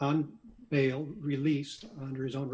on bail released under his own